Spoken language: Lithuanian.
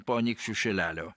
po anykščių šilelio